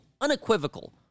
unequivocal